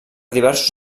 diversos